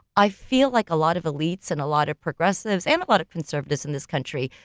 i feel like a lot of elites and a lot of progressives and a lot of conservatives in this country,